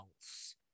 else